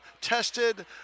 tested